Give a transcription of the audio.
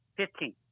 Fifteen